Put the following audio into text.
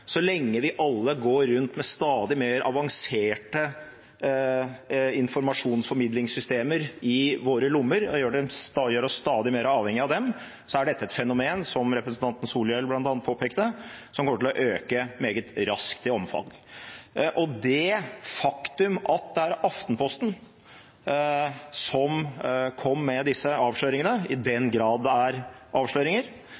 Så lenge vi alle går rundt med stadig mer avanserte informasjonsformidlingssystemer i våre lommer, og gjør oss stadig mer avhengig av dem, er dette et fenomen – som representanten Solhjell, bl.a., påpekte – som kommer til å øke meget raskt i omfang. Det faktum at det er Aftenposten som kom med disse avsløringene – i den grad det er avsløringer